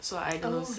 so I don't know